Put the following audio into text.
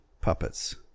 puppets